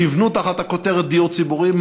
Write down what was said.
שנבנו תחת הכותרת דיור ציבורי.